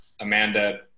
Amanda